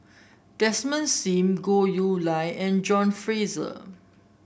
Desmond Sim Goh Chiew Lye and John Fraser